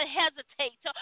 hesitate